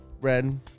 red